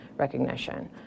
recognition